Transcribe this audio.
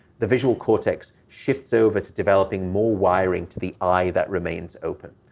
the visual cortex shifts over to developing more wiring to the eye that remains open.